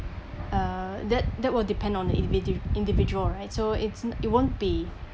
uh that that would depend on the indi~ individual right so it's it won't be